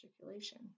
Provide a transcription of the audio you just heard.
circulation